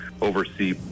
oversee